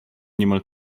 niemal